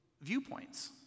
viewpoints